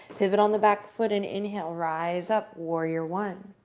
pivot on the back foot and inhale. rise up warrior one.